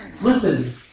Listen